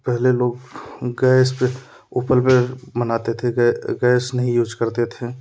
पहले लोग गैस पे उपल में बनाते थे गैस नहीं यूज करते थे